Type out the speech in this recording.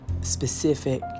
specific